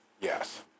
Yes